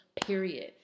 period